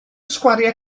sgwariau